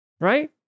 Right